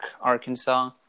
arkansas